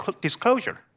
disclosure